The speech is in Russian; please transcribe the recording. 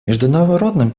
международным